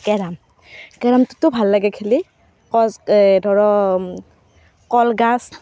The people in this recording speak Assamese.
কেৰম কেৰমটোতো ভাল লাগে খেলি কজ ধৰক কলগছ